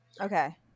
Okay